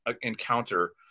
encounter